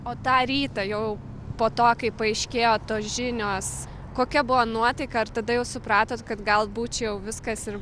o tą rytą jau po to kai paaiškėjo tos žinios kokia buvo nuotaika ar tada jau supratot kad galbūt čia jau viskas ir